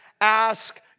ask